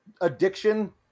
addiction